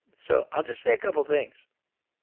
so, i'll just say a couple things.